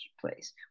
place